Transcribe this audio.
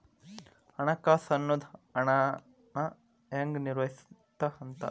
ಹಣಕಾಸು ಅನ್ನೋದ್ ಹಣನ ಹೆಂಗ ನಿರ್ವಹಿಸ್ತಿ ಅಂತ